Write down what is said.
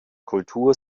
kultur